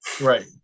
Right